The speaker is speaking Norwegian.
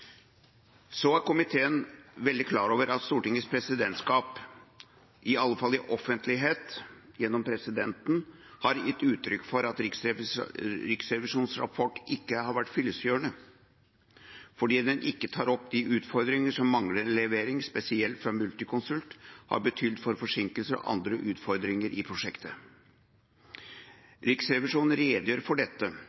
Så er komiteen veldig klar over at Stortingets presidentskap, i alle fall i offentlighet, gjennom presidenten, har gitt uttrykk for at Riksrevisjonens rapport ikke har vært fyllestgjørende, fordi den ikke tar opp de utfordringene som manglende levering, spesielt fra Multiconsult, har betydd for forsinkelser og andre utfordringer i prosjektet.